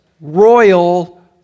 royal